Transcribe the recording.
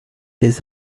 des